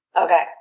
okay